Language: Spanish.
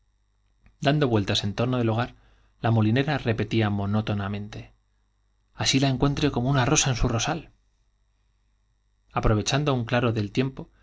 dando vueltas en torno hogar monótonamente repetía encuentre como una rosa en su rosal i así la entró el mayor aprovechando un claro del tiempo